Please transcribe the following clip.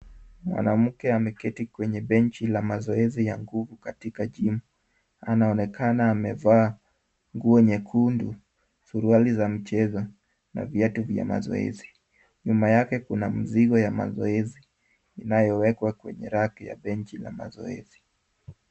Mwanamke ameketi kwenye benchi la mazoezi ya nguvu katika gym . Anaonekana amevaa nguo nyekundu, suruali za mchezo na viatu vya mazoezi. Nyuma yake kuna mzigo ya mazoezi inayowekwa kwenye raki ya benchi la mazoezi.